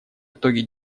итоги